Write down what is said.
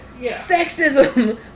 Sexism